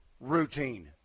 routine